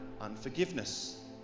unforgiveness